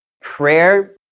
Prayer